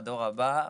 הדור הבא,